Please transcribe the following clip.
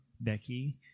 Becky